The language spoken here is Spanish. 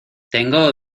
tengo